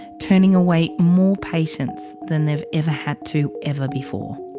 turning away more patients than they've ever had to ever before.